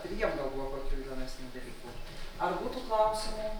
ir jiem gal buvo kokių įdomesnių dalykų ar būtų klausimų